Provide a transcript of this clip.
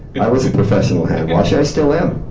i was a professional hand washer. i still am.